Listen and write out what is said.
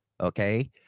okay